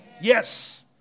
Yes